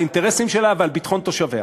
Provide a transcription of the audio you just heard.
על האינטרסים שלה ועל ביטחון תושביה.